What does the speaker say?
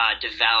develop